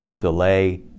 delay